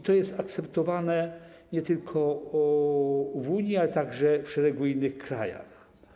I jest to akceptowane nie tylko w Unii, ale także w szeregu innych krajów.